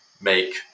make